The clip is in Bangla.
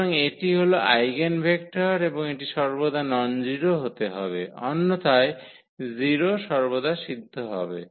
সুতরাং এটি হল আইগেনভেক্টর এবং এটি সর্বদা ননজিরো হতে হবে অন্যথায় 0 সর্বদা সিদ্ধ হবে